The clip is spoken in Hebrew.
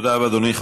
תודה רבה, אדוני.